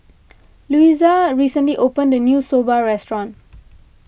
Luisa recently opened a new Soba restaurant